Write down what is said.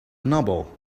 noble